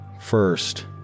first